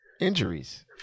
injuries